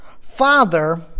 Father